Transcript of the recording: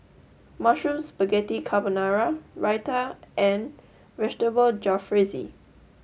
mushroom Spaghetti Carbonara Raita and vegetable Jalfrezi